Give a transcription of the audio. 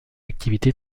activité